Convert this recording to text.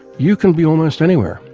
you can be almost anywhere,